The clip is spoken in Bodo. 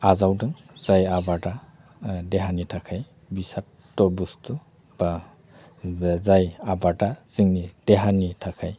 आजावदों जाय आबादा देहानि थाखाय बिसाक्थ' बुस्थु बा जाय आबादा जोंनि देहानि थाखाय